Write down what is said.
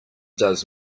does